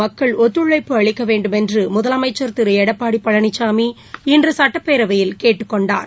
மக்கள் ஒத்துழைப்பு அளிக்க வேண்டுமென்று முதலமைச்சர் திரு எடப்பாடி பழனிசாமி இன்று சட்டப்பேரவையில் கேட்டுக் கொண்டார்